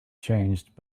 changed